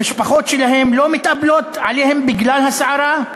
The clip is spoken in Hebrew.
המשפחות שלהם לא מתאבלות עליהם בגלל הסערה?